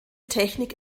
technik